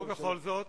ובכל זאת?